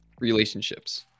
relationships